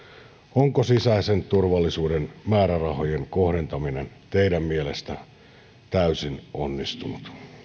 onko sisäisen turvallisuuden määrärahojen kohdentaminen teidän mielestänne täysin onnistunut